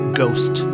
ghost